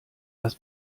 das